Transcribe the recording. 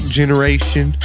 generation